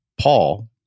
paul